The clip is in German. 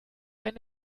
ein